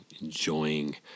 enjoying